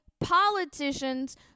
politicians